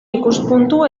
ikuspuntu